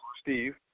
Steve